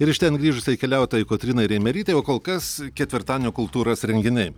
ir iš ten grįžusiai keliautojai kotrynai reimerytei o kol kas ketvirtadienio kultūros renginiai